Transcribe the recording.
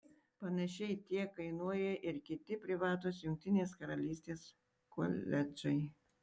panašiai tiek kainuoja ir kiti privatūs jungtinės karalystės koledžai